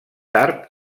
tard